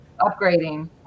upgrading